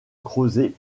creuser